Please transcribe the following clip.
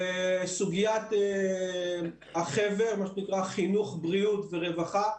לסוגיית החב"ר, מה שנקרא חינוך בריאות ורווחה.